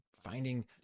finding